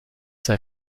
sei